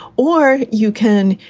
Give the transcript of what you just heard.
or you can,